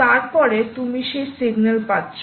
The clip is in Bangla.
এবং তারপরে তুমি সেই সিগন্যাল পাচ্ছ